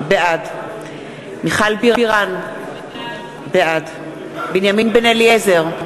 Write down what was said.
בעד מיכל בירן, בעד בנימין בן-אליעזר,